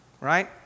Right